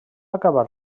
acabar